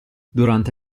durante